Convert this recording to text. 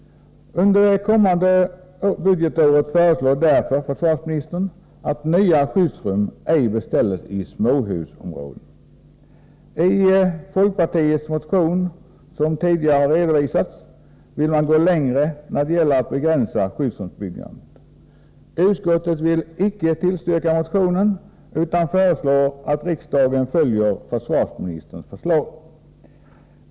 Försvarsministern föreslår därför att nya skyddsrum ej skall beställas i småhusområden under det kommande budgetåret. I folkpartiets motion, som tidigare har redovisats, vill man gå längre när det gäller att begränsa skyddsrumsbyggandet. Utskottet vill icke tillstyrka motionen, utan föreslår att riksdagen följer försvarsministerns förslag.